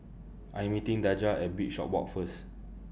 I'm meeting Daja At Bishopswalk First